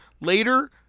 Later